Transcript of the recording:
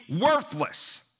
worthless